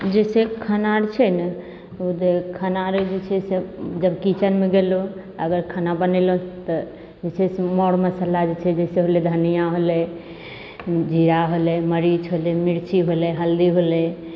जैसे खाना अर छै ने ओ दे खाना आर जे छै से जब किचेनमे गेलहुँ अगर खाना बनेलौं तऽ जैसे जे छै से मर मसल्ला जे छै जैसे होलै धनिया होलै जीरा होलै मरीच होलै मिर्ची होलै हल्दी होलै